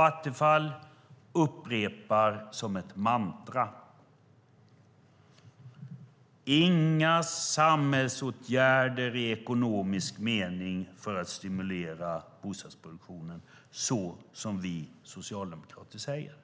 Attefall upprepar som ett mantra, inga samhällsåtgärder i ekonomisk mening för att stimulera bostadsproduktionen, så som vi socialdemokrater säger.